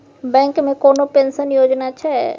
Bank मे कोनो pension योजना छै?